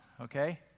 okay